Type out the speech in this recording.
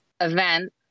event